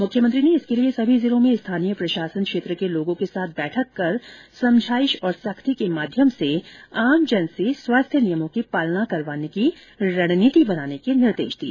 मुख्यमंत्री ने इसके लिए सभी जिलों में स्थानीय प्रशासन क्षेत्र के लोगों के साथ बैठकर समझाइश तथा सख्ती के माध्यम से आमजन से स्वास्थ्य नियमों की पालना करवाने की रणनीति बनाने के निर्देश दिए